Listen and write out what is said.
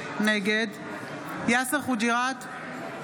נגד יאסר חוג'יראת,